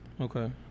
okay